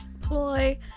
ploy